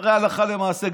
הרי הלכה למעשה,